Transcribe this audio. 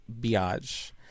Biage